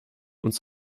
uns